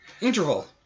Interval